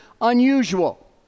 unusual